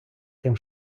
тим